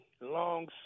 long